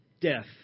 death